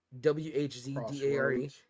W-H-Z-D-A-R-E